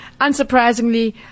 unsurprisingly